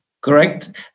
Correct